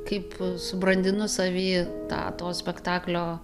kaip subrandinu savy tą to spektaklio